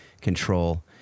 control